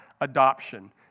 adoption